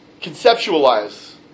Conceptualize